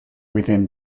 within